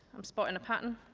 i'm spotting a pattern.